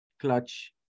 clutch